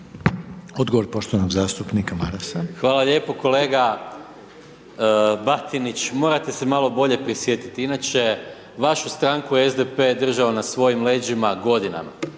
Odgovor poštovanog zastupnika Marasa. **Maras, Gordan (SDP)** Hvala lijepo kolega Batinić. Morate se malo bolje prisjetiti, inače vašu stranku je SDP držao na svojim leđima godinama,